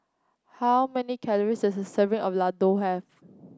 how many calories does serving of Ladoo have